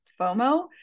FOMO